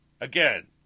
Again